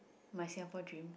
my Singapore dream